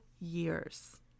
years